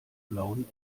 blauen